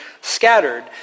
scattered